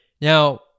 Now